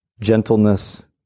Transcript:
gentleness